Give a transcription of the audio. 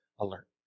alert